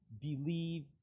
believe